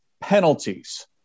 penalties